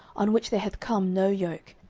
on which there hath come no yoke,